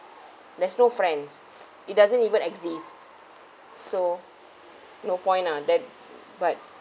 there's no friends it doesn't even exist so no point ah that but